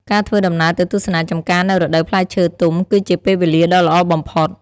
ការធ្វើដំណើរទៅទស្សនាចម្ការនៅរដូវផ្លែឈើទុំគឺជាពេលវេលាដ៏ល្អបំផុត។